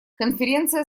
конференция